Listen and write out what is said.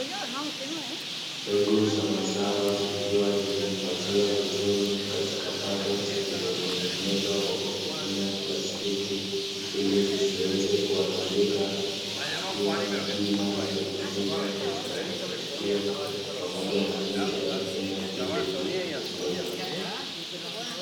Mbegu za mazao zikiwa zimehifadhiwa vizuri katika paketi iliyotengenezwa kwa plastiki ili zisiweze kuharibika, zikiwa na jina la mbegu hizo katika paketi hiyo, pamoja na picha ya mmea pindi utakapokua.